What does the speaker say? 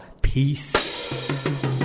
Peace